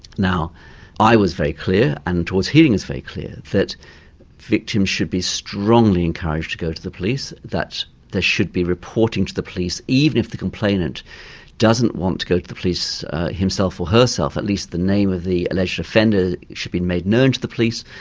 now i was very clear and towards healing was very clear that victims should be strongly encouraged to go to the police, that they should be reporting to the police, even if the complainant doesn't want to go to the police himself or herself, at least the name of the alleged offender should be made known to the police.